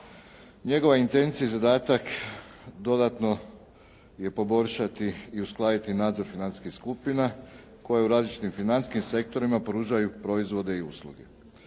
Njegova intencija i zadatak dodatno je poboljšati i uskladiti nadzor financijskih skupina koje u različitim financijskim sektorima pružaju proizvode i usluga.